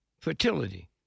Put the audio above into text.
fertility